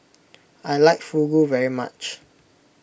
I like Fugu very much